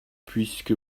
puisque